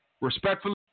respectfully